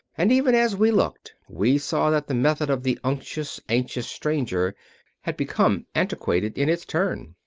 and even as we looked we saw that the method of the unctuous, anxious stranger had become antiquated in its turn.